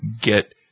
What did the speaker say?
get